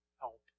help